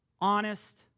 honest